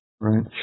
Right